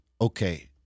okay